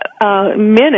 minute